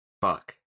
Fuck